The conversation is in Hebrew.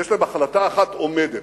יש להם החלטה אחת עומדת,